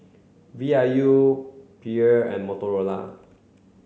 V I U Perrier and Motorola